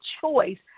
choice